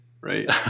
Right